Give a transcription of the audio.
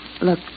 Look